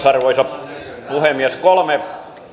arvoisa puhemies kolme